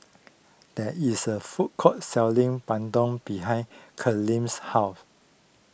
there is a food court selling Bandung behind Camryn's house